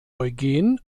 eugen